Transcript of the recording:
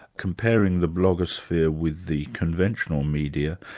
comparing the blogosphere with the conventional media,